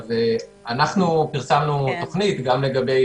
אנחנו פרסמנו תוכנית גם לגבי